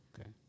Okay